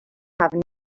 have